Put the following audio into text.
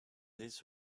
this